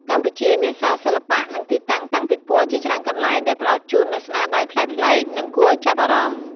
កម្ពុជាមានសាលសិល្បៈ និងទីតាំងតាំងពិពណ៌ជាច្រើនកន្លែង ដែលផ្តល់ជូននូវស្នាដៃប្លែកៗ និងគួរឲ្យចាប់អារម្មណ៍។